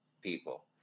people